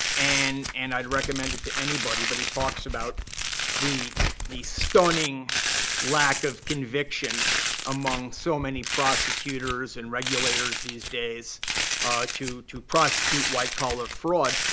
and and i'd recommend it to anybody, but he talks about the the stunning lack of conviction among so many prosecutors and regulators these days to to prosecute white collar fraud.